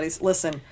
Listen